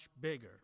bigger